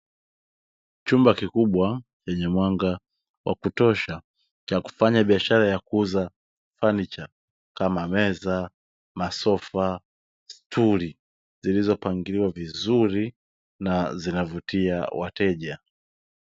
Chumba kikubwa chenye mwanga wa kutosha cha kufanya biashara ya kuuza fanicha kama meza, masofa, stuli zilizopangiliwa vizuri na zinazovutia wateja.